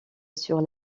sur